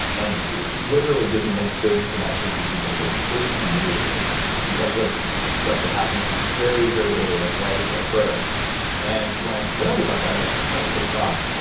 and literally didn't make good connections to people for thirty years because of stuff that happens very, very early, like right at birth and when i learned about that i was kind of pissed off,